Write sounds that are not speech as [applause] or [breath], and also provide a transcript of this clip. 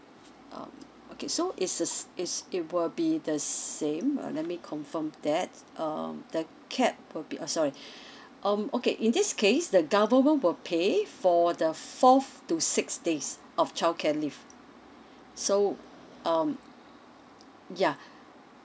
um okay so it's the s~ it's it will be the same uh let me confirm that um the cap will be uh sorry [breath] um okay in this case the government will pay for the fourth to sixth days of childcare leave so um ya